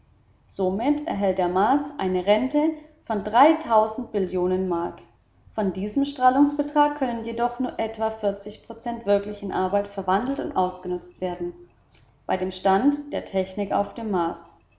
somit erhält der mars eine rente von millionen mag von diesem strahlungsbetrag können jedoch nur etwa vierzig prozent wirklich in arbeit verwandelt und ausgenutzt werden bei dem stand der technik auf dem mars